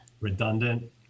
redundant